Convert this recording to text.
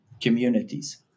communities